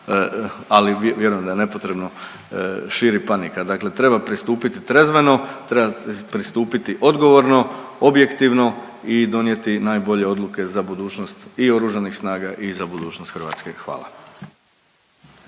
ali vjerujem da je nepotrebno, širi panika. Dakle treba pristupiti trezveno, treba pristupiti odgovorno, objektivno i donijeti najbolje odluke za budućnost i Oružanih snaga i za budućnost Hrvatske, hvala.